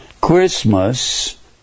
christmas